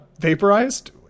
vaporized